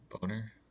boner